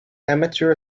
amateur